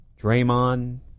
Draymond